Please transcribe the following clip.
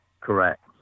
Correct